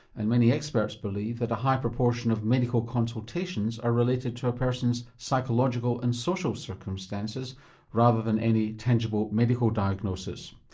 and many experts believe that a high proportion of medical consultations are related to a person's psychological and social circumstances rather than any tangible medical diagnosis.